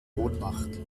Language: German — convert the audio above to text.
ohnmacht